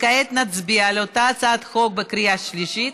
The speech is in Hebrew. כעת נצביע על אותה הצעת חוק בקריאה שלישית,